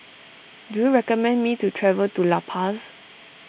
do you recommend me to travel to La Paz